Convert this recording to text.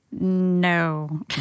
No